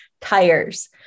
tires